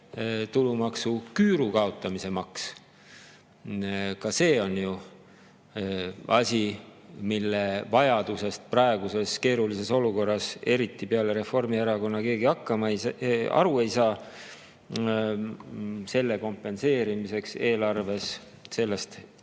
tulumaksuküüru kaotamise maks? Ka see on ju asi, mille vajadusest praeguses keerulises olukorras peale Reformierakonna keegi eriti aru ei saa. Selle kompenseerimiseks eelarves, sellest tekkiva